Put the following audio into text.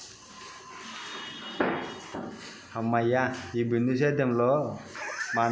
హమ్మయ్య, ఈ బిందు సేద్యంతో మా నారుమడి బతికి బట్టకట్టినట్టే